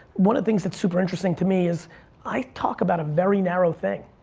one of the things that's super interesting to me is i talk about a very narrow thing.